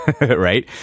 right